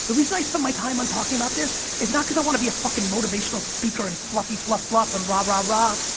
the reason i spend my time um talking about this is not because i want to be a fucking motivational speaker and fluffy, fluff, fluff and ra-ra-ra,